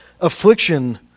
affliction